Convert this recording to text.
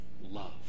love